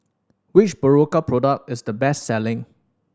which Berocca product is the best selling